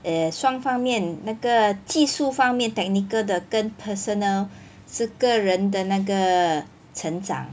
err 双方面那个技术方面 technical 的跟 personal 是个人的那个成长